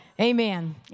Amen